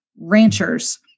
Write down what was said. ranchers